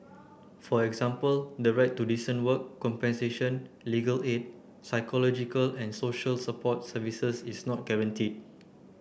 for example the right to decent work compensation legal aid psychological and social support services is not guaranteed